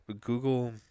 Google